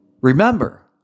remember